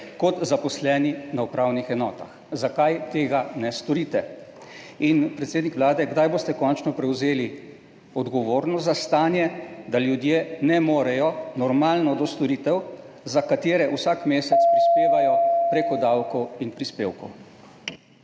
kot zaposleni na upravnih enotah. Zakaj tega ne storite? Kdaj boste končno prevzeli odgovornost za stanje, da ljudje ne morejo normalno do storitev, za katere vsak mesec prispevajo prek davkov in prispevkov?